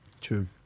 True